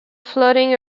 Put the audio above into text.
floating